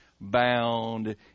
bound